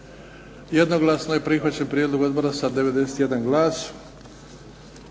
Jednoglasno je prihvaćen prijedlog odbora sa 91 glas.